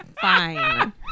fine